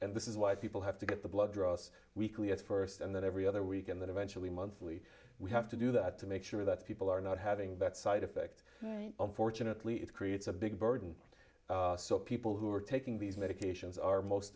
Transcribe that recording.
and this is why people have to get the blood draw us weekly at first and then every other week and then eventually monthly we have to do that to make sure that people are not having that side effect fortunately it creates a big burden so people who are taking these medications are most